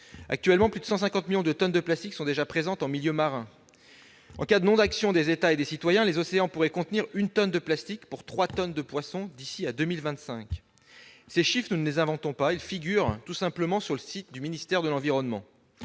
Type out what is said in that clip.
Actuellement, plus de 150 millions de tonnes de plastique sont déjà présentes en milieu marin. Si les États et les citoyens n'agissent pas, les océans pourraient contenir une tonne de plastiques pour trois tonnes de poissons d'ici à 2025. Ces chiffres, nous ne les inventons pas. Ils figurent tout simplement sur le site du ministère de l'environnement.